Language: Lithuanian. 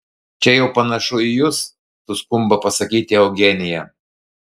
čia jau panašu į jus suskumba pasakyti eugenija